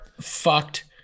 fucked